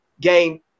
game